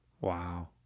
Wow